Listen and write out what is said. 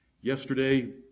yesterday